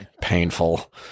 painful